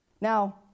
Now